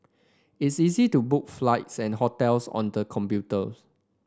it's easy to book flights and hotels on the computer